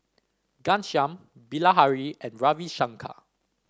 Ghanshyam Bilahari and Ravi Shankar